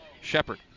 Shepard